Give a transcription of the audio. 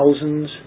thousands